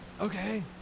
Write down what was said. Okay